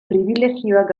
pribilegioak